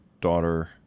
daughter